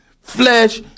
flesh